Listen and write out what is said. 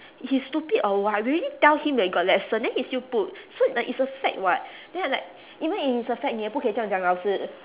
he stupid or what we already tell him that we got lesson then he still put so like it's a fact [what] then I'm like even if it's a fact 你也不可以这样讲老师